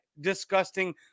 disgusting